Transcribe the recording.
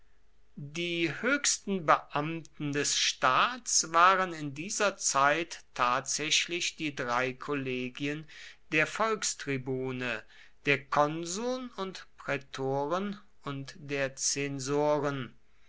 die höchsten beamten des staats waren in dieser zeit tatsächlich die drei kollegien der volkstribune der konsuln und prätoren und der